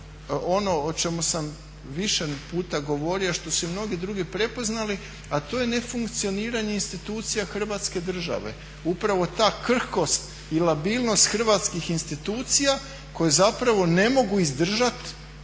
ono o čemu sam više puta govorio što su i mnogi drugi prepoznali a to je nefunkcioniranje institucija hrvatske države. Upravo ta krhkost i labilnost hrvatskih institucija koje zapravo ne mogu izdržat